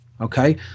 okay